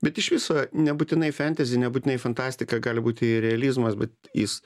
bet iš viso nebūtinai fentezi nebūtinai fantastika gali būti ir realizmas bet jis